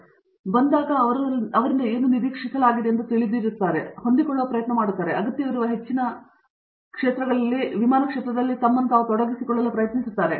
ಆದ್ದರಿಂದ ಅವರು ಬಂದಾಗ ಅವರು ಏನು ನಿರೀಕ್ಷಿಸಲಾಗಿದೆ ಎಂದು ತಿಳಿದಿದ್ದಾರೆ ಮತ್ತು ಅವರು ಹೊಂದಿಕೊಳ್ಳುವ ಪ್ರಯತ್ನ ಮಾಡುತ್ತಾರೆ ಅವರು ಅಗತ್ಯವಿರುವ ಹೆಚ್ಚಿನ ವಿಮಾನದಲ್ಲಿ ತಮ್ಮನ್ನು ತಾವು ತೊಡಗಿಸಿಕೊಳ್ಳಲು ಪ್ರಯತ್ನಿಸು ತ್ತಾರೆ